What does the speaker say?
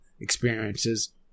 experiences